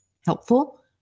helpful